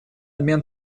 обмен